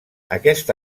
aquest